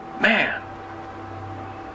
Man